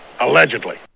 Allegedly